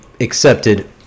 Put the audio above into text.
accepted